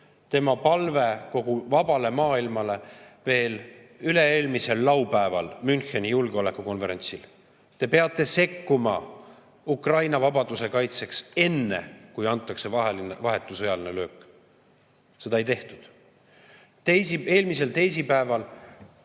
Tema palve kogu vabale maailmale veel üle-eelmisel laupäeval Müncheni julgeolekukonverentsil oli: te peate sekkuma Ukraina vabaduse kaitseks enne, kui antakse vahetu sõjaline löök! Seda ei tehtud. Eelmisel teisipäeval